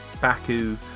Baku